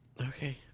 Okay